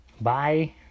Bye